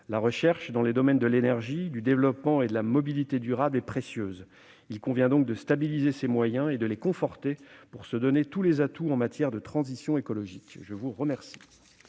La recherche dans les domaines de l'énergie, du développement et de la mobilité durable est précieuse. Il convient donc de stabiliser ses moyens et de les conforter pour se donner tous les atouts en matière de transition écologique. La parole